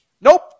nope